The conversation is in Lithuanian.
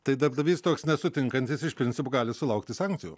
tai darbdavys toks nesutinkantis iš principo gali sulaukti sankcijų